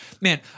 man